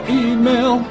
email